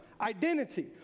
identity